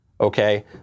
okay